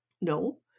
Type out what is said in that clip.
No